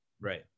Right